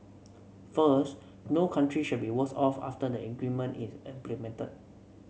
first no country should be worse off after the agreement is implemented